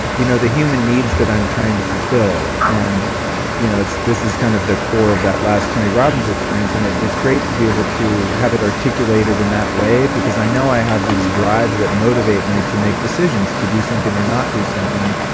you know the human needs that i'm trying to fulfill, and you know this is kind of the core of that last tony robbins experience, and it was great to be able to have it articulated in that way because i know i have these drives that motivate me to make decisions to do something or not do something,